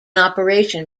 operation